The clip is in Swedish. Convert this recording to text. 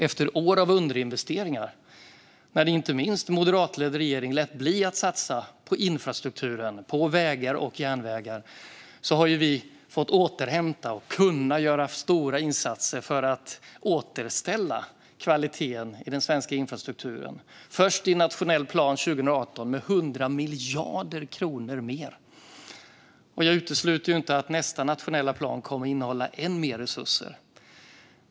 Efter år av underinvesteringar, där inte minst en moderatledd regering lät bli att satsa på infrastrukturen, vägar och järnvägar, har vi fått återhämta och kunnat göra stora insatser för att återställa kvaliteten i den svenska infrastrukturen, först i nationell plan 2018 med 100 miljarder kronor mer. Jag utesluter inte att nästa nationella plan kommer att innehålla ännu mer resurser.